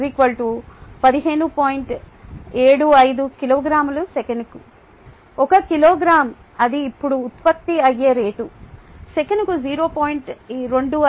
75 Kg s 1 సెకనుకు 1 kilogram అది ఇప్పుడు ఉత్పత్తి అయ్యే రేటు సెకనుకు 0